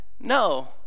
No